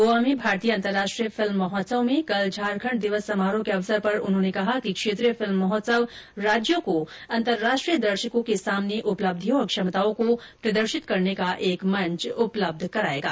गोवा में भारतीय अंतर्राष्ट्रीय फिल्म महोत्सव में कल झारखंड दिवस समारोह के अवसर पर उन्होंने कहा कि क्षेत्रीय फिल्म महोत्सव राज्यों को अंतर्राष्ट्रीय दर्शकों के सामने उपलब्धियों और क्षमताओं को प्रदर्शित करने का एक मंच उपलब्ध करायेगा